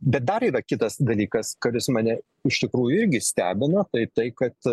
bet dar yra kitas dalykas kuris mane iš tikrųjų irgi stebina tai tai kad